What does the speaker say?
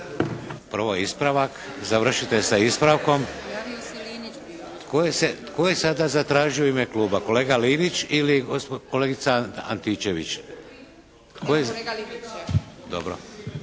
prvo ispravak, završite sa ispravkom. Tko je sada zatražio u ime kluba? Kolega Linić ili kolegica Antičević? Tko je? …